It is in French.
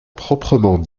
proprement